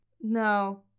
No